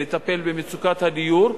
לטפל במצוקת הדיור,